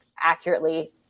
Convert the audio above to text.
accurately